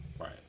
Right